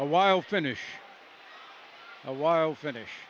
a while finish a wild finish